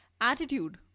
attitude